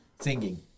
singing